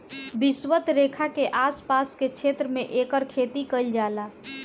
विषवत रेखा के आस पास के क्षेत्र में एकर खेती कईल जाला